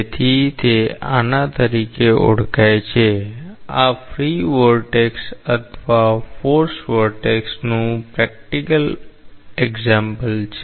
તેથી આના તરીકે ઓળખાય છે આ ફ્રી વોર્ટેક્સ અથવા ફોર્સ્ડ વોર્ટેક્સનું પ્રેક્ટિકલ ઉદાહરણ છે